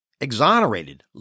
exonerated